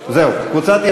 כהן,